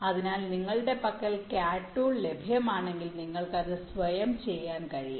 അതിനാൽ നിങ്ങളുടെ പക്കൽ CAD ടൂൾ ലഭ്യമാണെങ്കിൽ നിങ്ങൾക്ക് അത് സ്വയം ചെയ്യാൻ കഴിയും